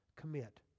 Commit